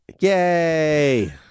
Yay